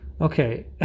Okay